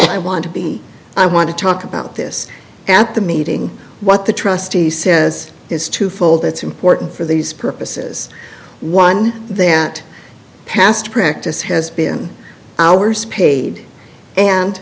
i want to be i want to talk about this at the meeting what the trustee says is twofold it's important for these purposes one that past practice has been hours paid and